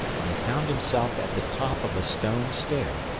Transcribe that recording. and he found himself at the top of a stone stair,